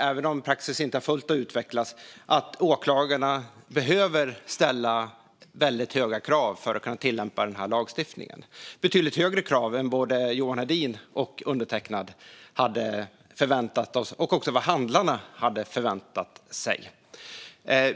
Även om praxis inte är fullt utvecklad tyder mycket på att åklagarna behöver ställa väldigt höga krav för att kunna tillämpa denna lagstiftning - betydligt högre krav än vad Johan Hedin, undertecknad och handlarna hade förväntat sig.